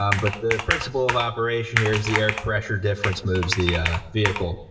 um but the principle of operation here is the air pressure difference moves the vehicle.